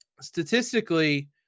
statistically